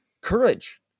courage